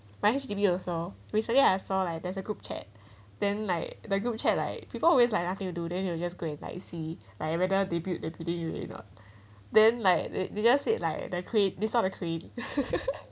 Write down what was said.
my H_D_B also recently I saw like there's a group chat then like the group chat like people always like nothing to do then you just go and they see like evident they build then like they they just said like they create dishonor creed